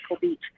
Beach